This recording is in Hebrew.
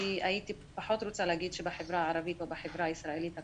הייתי פחות רוצה להגיד שבחברה הערבית או בחברה הישראלית הכוללת,